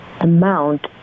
amount